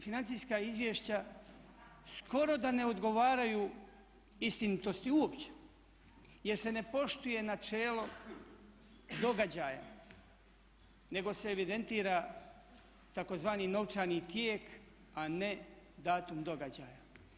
Financijska izvješća skoro da ne odgovaraju istinitosti uopće, jer se ne poštuje načelo događaja, nego se evidentira tzv. novčani tijek a ne datum događaja.